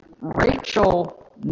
Rachel